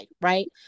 Right